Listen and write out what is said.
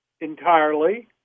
entirely